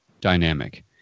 dynamic